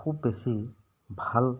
খুব বেছি ভাল প্ৰভাৱ